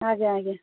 ଆଜ୍ଞା ଆଜ୍ଞା